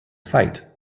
fight